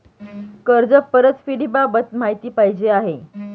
कर्ज परतफेडीबाबत माहिती पाहिजे आहे